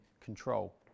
control